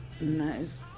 nice